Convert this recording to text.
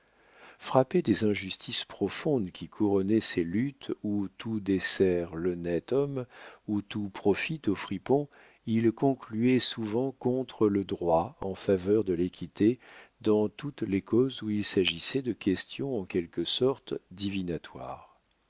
frappé des injustices profondes qui couronnaient ces luttes où tout dessert l'honnête homme où tout profite aux fripons il concluait souvent contre le droit en faveur de l'équité dans toutes les causes où il s'agissait de questions en quelque sorte